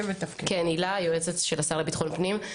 יועצת השר לביטחון פנים.